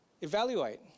evaluate